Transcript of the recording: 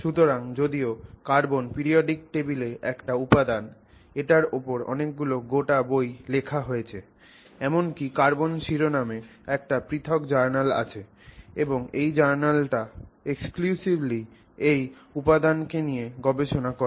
সুতরাং যদিও carbon periodic টেবিলে একটা উপাদান এটার ওপর অনেক গুলো গোটা বই লেখা হয়েছে এমনকি কার্বন শিরোনামে একটি পৃথক জার্নাল আছে এবং এই জার্নালটা একচেটিয়াভাবে এই উপাদানকে নিয়ে গবেষণা করে